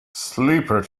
sleeper